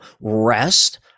rest